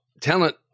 talent